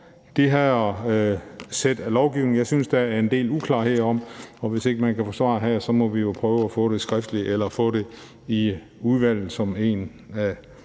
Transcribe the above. det her sæt af lovgivning. Jeg synes også, der er en del uklarhed her, og hvis ikke vi kan få svar her, må vi jo prøve at få det skriftligt eller få det i udvalget, hvilket en af